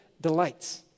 delights